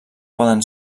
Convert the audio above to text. poden